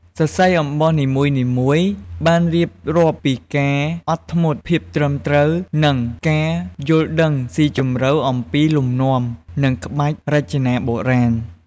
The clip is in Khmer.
សរសៃអំបោះនីមួយៗបានរៀបរាប់ពីការអត់ធ្មត់ ភាពត្រឹមត្រូវ និងការយល់ដឹងស៊ីជម្រៅអំពីលំនាំ និងក្បាច់រចនាបុរាណ។